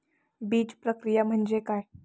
बीजप्रक्रिया म्हणजे काय?